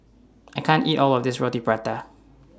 I can't eat All of This Roti Prata